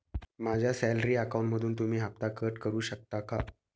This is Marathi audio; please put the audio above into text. माझ्या सॅलरी अकाउंटमधून तुम्ही हफ्ता कट करू शकता का?